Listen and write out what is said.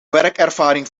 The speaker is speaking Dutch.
werkervaring